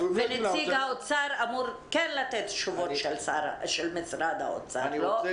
נציג האוצר אמור לתת תשובות של משרד האוצר, לא?